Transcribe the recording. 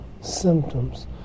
symptoms